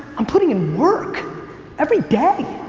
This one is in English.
i'm putting in work every day,